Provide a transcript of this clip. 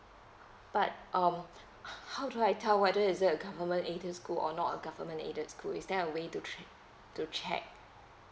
but um how how do I tell whether is it a government aided school or not a government aided school is there a way to che~ to check